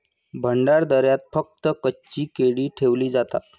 भंडारदऱ्यात फक्त कच्ची केळी ठेवली जातात